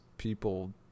people